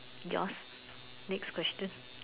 yours next question